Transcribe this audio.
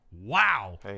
wow